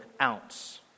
ounce